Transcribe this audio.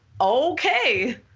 Okay